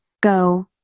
Go